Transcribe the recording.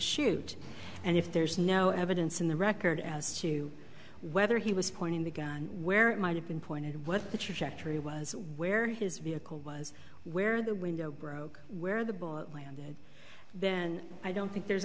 shoot and if there's no evidence in the record as to whether he was pointing the gun where it might have been pointed what the trajectory was where his vehicle was where the window broke where the ball landed and i don't think there's